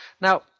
now